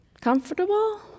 Comfortable